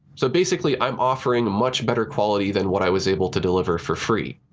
so basically i'm offering much better quality than what i was able to deliver for free.